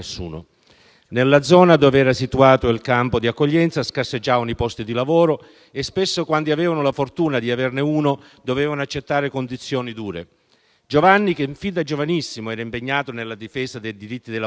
Nella zona dove era situato il campo di accoglienza scarseggiavano i posti di lavoro e spesso quanti avevano la fortuna di averne uno dovevano accettare condizioni dure. Giovanni, che fin da giovanissimo era impegnato nella difesa dei diritti dei lavoratori,